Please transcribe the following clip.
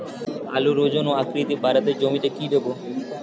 আলুর ওজন ও আকৃতি বাড়াতে জমিতে কি দেবো?